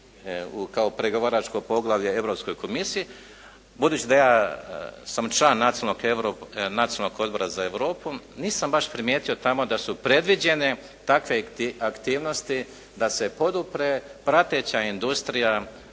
pregovaračko poglavlje Europskoj komisiji. Budući da ja sam član Nacionalnog odbora za Europu nisam baš primijetio tamo da su predviđene takve aktivnosti da se podupre prateća industrija